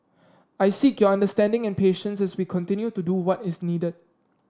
I seek your understanding and patience as we continue to do what is needed